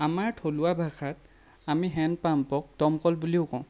আমাৰ থলুৱা ভাষাত আমি হেণ্ডপাম্পক দমকল বুলিও কওঁ